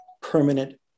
permanent